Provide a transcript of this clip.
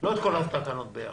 לא את כל התקנות ביחד.